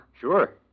Sure